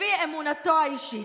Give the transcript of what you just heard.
לפי אמונתו האישית.